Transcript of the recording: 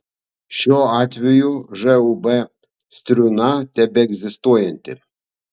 šiuo atveju žūb striūna tebeegzistuojanti